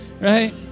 right